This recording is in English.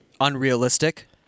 unrealistic